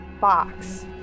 box